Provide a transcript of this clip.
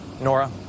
Nora